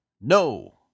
No